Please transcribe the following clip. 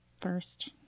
First